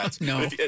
No